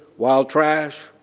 wild trash,